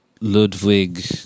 Ludwig